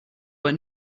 but